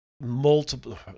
multiple